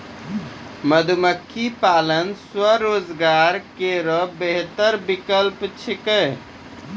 मधुमक्खी पालन स्वरोजगार केरो बेहतर विकल्प छिकै